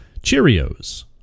cheerios